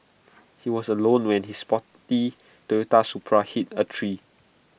he was alone when his sporty Toyota Supra hit A tree